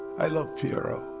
i love pierro.